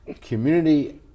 Community